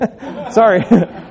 Sorry